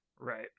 Right